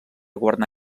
governar